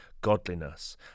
godliness